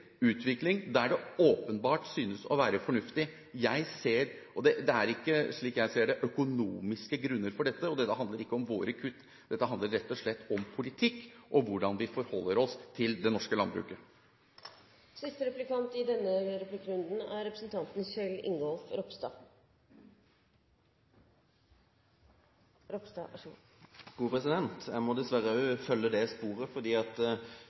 utvikling der det åpenbart synes å være fornuftig, og det er ikke, slik jeg ser det, økonomiske grunner for dette. Dette handler ikke om våre kutt, dette handler rett og slett om politikk og hvordan vi forholder oss til det norske landbruket. Jeg må dessverre også følge det sporet, for det skuffer meg når representanten Høglund, som jeg har hatt gode utenrikspolitiske og utviklingspolitiske diskusjoner med, går så hardt til verks og beskylder landbruket for å være uetisk, og at